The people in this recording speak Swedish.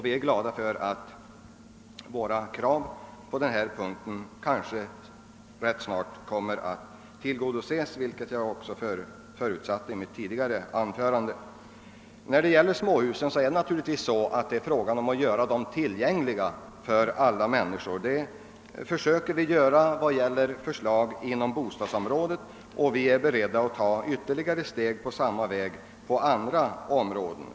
Vi är glada för att våra krav på denna punkt kanske ganska snart kommer att tillgodoses, vilket jag också förutsatte i mitt tidigare anförande. Småhusen bör naturligtvis göras tillgängliga för alla människor. Det försöker vi göra genom förslag på bostadsområdet som tas upp i reservationer i det utlåtande vi diskuterar. Vi är beredda att ta ytterligare steg i denna riktning på andra områden.